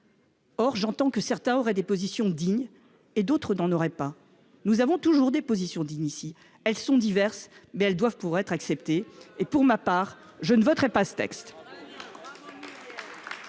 Or j'entends que certains auraient des positions dignes et d'autres, non. Nous avons toujours des positions dignes dans cet hémicycle ; elles sont diverses, mais elles doivent pouvoir être acceptées. Pour ma part, je ne voterai pas ce texte.